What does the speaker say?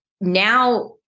now